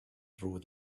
through